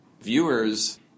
viewers